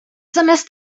zamiast